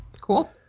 Cool